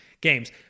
games